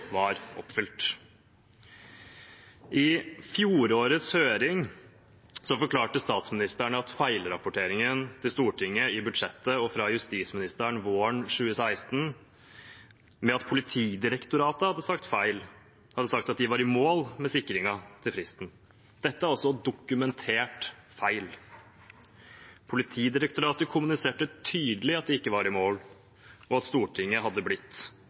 var oppfylt. I fjorårets høring forklarte statsministeren feilrapporteringen til Stortinget i budsjettet og fra justisministeren våren 2016 med at Politidirektoratet hadde sagt feil, hadde sagt at de var i mål med sikringen innen fristen. Dette er også dokumentert feil. Politidirektoratet kommuniserte tydelig at de ikke var i mål, og at Stortinget hadde blitt